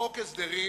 חוק הסדרים